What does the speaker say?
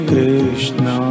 Krishna